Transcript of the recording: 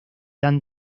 dan